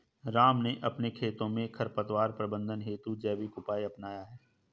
राम ने अपने खेतों में खरपतवार प्रबंधन हेतु जैविक उपाय अपनाया है